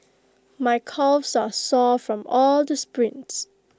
my calves are sore from all the sprints